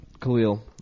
Khalil